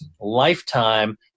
lifetime